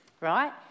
right